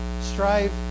strive